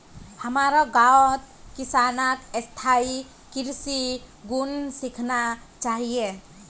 हमारो गांउत किसानक स्थायी कृषिर गुन सीखना चाहिए